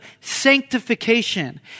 sanctification